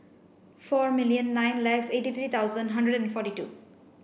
four million nine lakhs eighty three thousand hundred and forty two